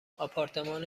آپارتمان